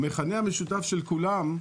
המכנה המשותף של כולם,